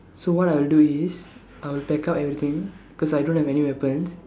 so what I'll do is I will pack up everything cause I don't have any weapons